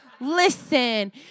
Listen